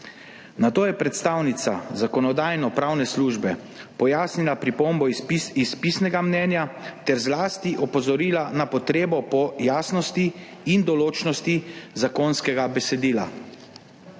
Nato je predstavnica Zakonodajno-pravne službe pojasnila pripombo iz pisnega mnenja ter zlasti opozorila na potrebo po jasnosti in določnosti zakonskega besedila.